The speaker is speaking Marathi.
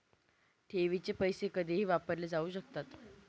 ठेवीचे पैसे कधीही वापरले जाऊ शकतात